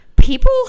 People